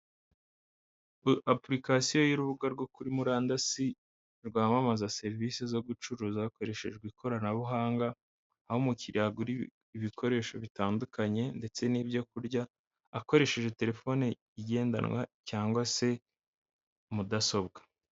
Apulikasiyo y'urubuga rwo kuri murandasi rwamaza service zo gucuruza hakoreshejwe ikoranabuhanga aho umukiriya agura ibikoresho bitandukanye ndetse nibyo kurya akoresheje telephone igendanwa cyagwa se mudasobwa.